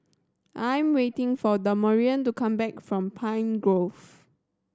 I am waiting for Damarion to come back from Pine Grove